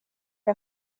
den